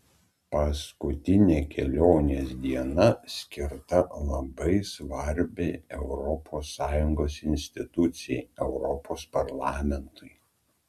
paskutinė kelionės diena skirta labai svarbiai europos sąjungos institucijai europos parlamentui